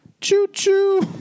Choo-choo